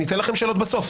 אני אתן לכם שאלות בסוף.